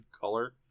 color